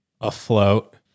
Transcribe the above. afloat